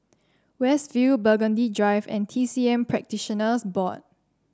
West View Burgundy Drive and T C M Practitioners Board